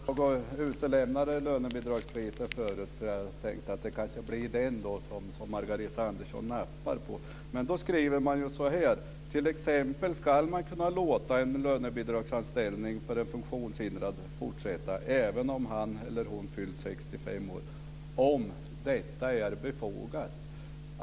Herr talman! Jag utelämnade lönebidragsbiten förut. Jag tänkte att det kanske skulle bli den som Margareta Andersson skulle nappa på. Om lönebidraget skriver man i betänkandet så här: T.ex. ska man kunna låta en lönebidragsanställning för en funktionshindrad fortsätta även om han eller hon fyllt 65 år om detta är befogat.